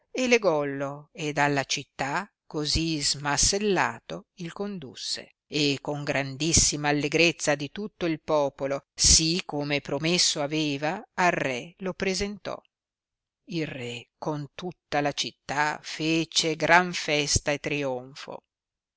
e legollo ed alla città così smassellato il condusse e con grandissima allegrezza di tutto il popolo sì come promesso aveva al re lo presentò il re con tutta la città fece gran festa e trionfo